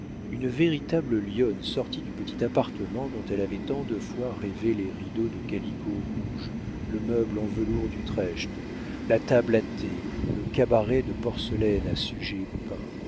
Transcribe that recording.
une véritable lionne sortie du petit appartement dont elle avait tant de fois rêvé les rideaux de calicot rouge le meuble en velours d'utrecht la table à thé le cabaret de porcelaines à sujets peints